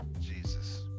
Jesus